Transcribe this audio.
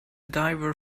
diver